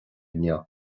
inniu